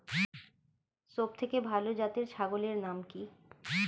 সবথেকে ভালো জাতের ছাগলের নাম কি?